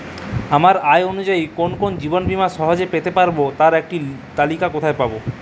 আমার আয় অনুযায়ী কোন কোন জীবন বীমা সহজে পেতে পারব তার একটি তালিকা কোথায় পাবো?